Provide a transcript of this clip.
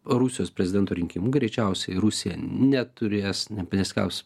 rusijos prezidento rinkimų greičiausiai rusija neturės nesigaus